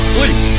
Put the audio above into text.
Sleep